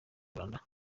rwanda